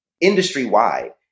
industry-wide